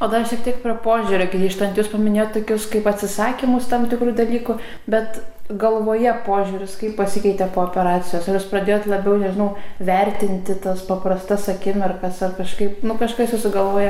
o dar šiek tiek prie požiūrio grįžtant jūs paminėjot tokius kaip atsisakymus tam tikrų dalykų bet galvoje požiūris kaip pasikeitė po operacijos ar jūs pradėjot labiau nežinau vertinti tas paprastas akimirkas ar kažkaip nu kažkas jūsų galvoje